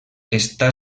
està